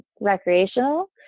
recreational